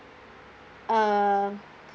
uh